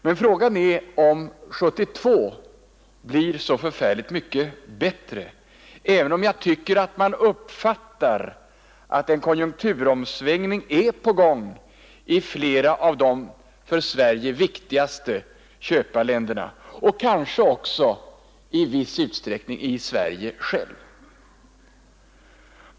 Men frågan är om 1972 blir så förfärligt mycket bättre, även om jag tycker att man uppfattar att en konjunkturomsvängning är på gång i flera av de för Sverige viktigaste köparländerna och kanske också i viss utsträckning i Sverige självt.